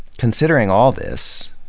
considering all this,